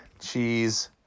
Cheese